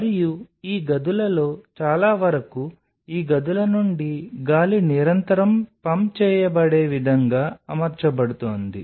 మరియు ఈ గదులలో చాలా వరకు ఈ గదుల నుండి గాలి నిరంతరం పంప్ చేయబడే విధంగా అమర్చబడుతోంది